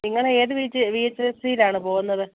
നിങ്ങളേത് V H V H S എസിലാണ് പോകുന്നത്